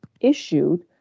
issued